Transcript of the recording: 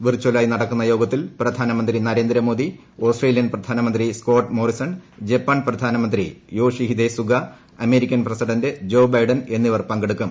വിർചലായി നടക്കുന്ന യോഗത്തിൽ പ്രധാനമന്ത്രി നരേന്ദ്രമോദി ഓസ്ട്രേലിയൻ പ്രധാനമന്ത്രി സ്കോട്ട് മോറിസൺ ജപ്പാൻ പ്രധാനമന്ത്രി യോഷിഹിദെ സുഗ അമേരിക്കൻ പ്രസിഡന്റ് ജോ ബൈഡൻ എന്നിവർ പങ്കെടുക്കും